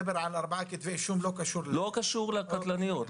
ארבעה כתבי אישום זה לא קשור לתאונות הקטלניות.